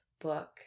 book